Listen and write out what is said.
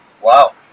Wow